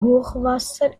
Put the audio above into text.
hochwasser